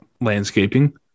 landscaping